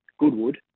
Goodwood